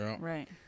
Right